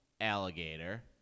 alligator